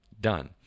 done